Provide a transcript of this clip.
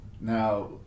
Now